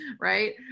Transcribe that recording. Right